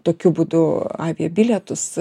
tokiu būdu avia bilietus